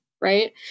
Right